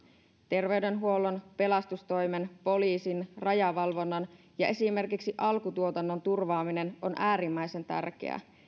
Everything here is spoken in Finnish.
terveydenhuollon pelastustoimen poliisin rajavalvonnan ja esimerkiksi alkutuotannon turvaaminen on äärimmäisen tärkeää